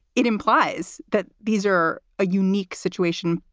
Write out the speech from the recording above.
it implies that these are a unique situation,